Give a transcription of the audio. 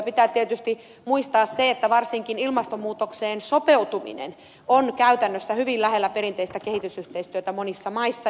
pitää tietysti muistaa se että varsinkin ilmastonmuutokseen sopeutuminen on käytännössä hyvin lähellä perinteistä kehitysyhteistyötä monissa maissa